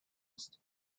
ist